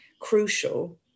crucial